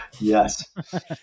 Yes